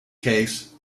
case